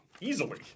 Easily